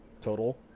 total